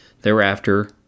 Thereafter